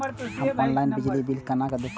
हम ऑनलाईन बिजली बील केना दूखमब?